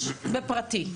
בפרטי.